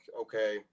okay